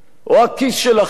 או הכיס שלכם